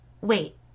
Wait